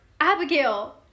Abigail